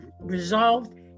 resolved